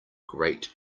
great